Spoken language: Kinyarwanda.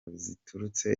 ziturutse